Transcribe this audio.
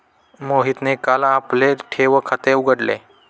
मोहितने काल आपले ठेव खाते उघडले